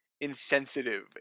insensitive